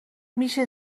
میشه